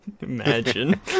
Imagine